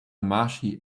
marshy